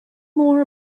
more